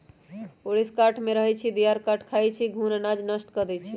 ऊरीस काठमे रहै छइ, दियार काठ खाई छइ, घुन अनाज नष्ट कऽ देइ छइ